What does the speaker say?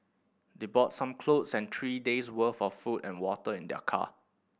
they brought some clothes and three days worth of food and water in their car